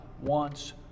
wants